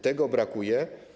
Tego brakuje.